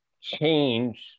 change